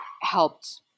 helped